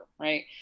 right